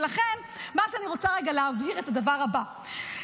ולכן אני רוצה רגע להבהיר את הדבר הבא,